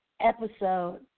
episode